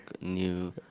new